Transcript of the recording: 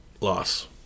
Loss